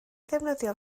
ddefnyddio